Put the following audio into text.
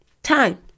Time